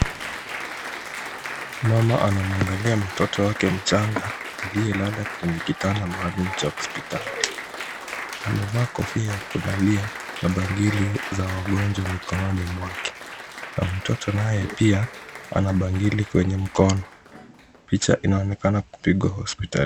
Mama anamwangalia mtoto wake mchanga aliyelala kwenye kitanda maalumu cha hospitali. Amevaa kofia ya kulalia na bangili za wagonjwa mikononi mwake, na mtoto naye pia ana bangili kwenye mkono. Picha inaonekana kupigwa hospitali.